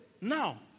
now